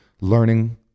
learning